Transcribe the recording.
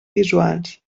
visuals